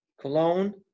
Cologne